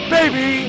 Baby